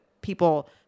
people